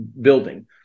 building